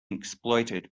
exploited